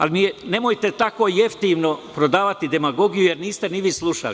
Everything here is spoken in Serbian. Ali, nemojte tako jeftino prodavati demagogiju, a niste slušali.